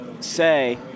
say